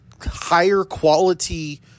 higher-quality